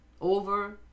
over